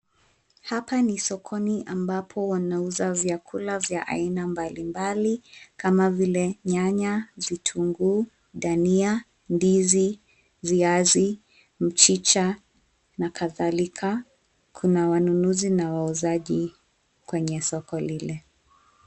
Hapa ni sokoni ambapo wanauza vyakula vya aina mbalimbali kama vile nyanya, vitunguu, dania , ndizi, viazi, mchicha na kadhalika. Kuna wanunuzi na wauzaji kwenye soko lile.